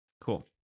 Cool